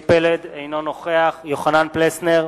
פלד, אינו נוכח יוחנן פלסנר,